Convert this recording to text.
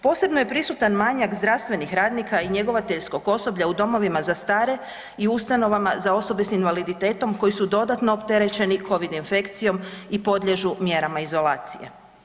Posebno je prisutan manjak zdravstvenih radnika i njegovateljskog osoblja u domovima za stare i ustanovama za osobe s invaliditetom koji su dodatno opterećeni covid infekcijom i podliježu mjerama izolacije.